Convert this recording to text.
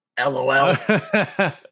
LOL